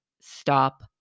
stop